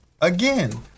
again